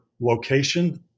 location